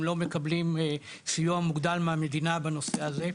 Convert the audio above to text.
לא מקבלים סיוע מוגדל מהמדינה בנושא הזה.